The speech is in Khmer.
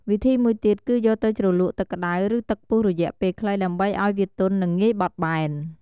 វិធីមួយទៀត គឺយកទៅជ្រលក់ទឹកក្តៅ ឬទឹកពុះរយៈពេលខ្លីដើម្បីឱ្យវាទន់ និងងាយបត់បែន។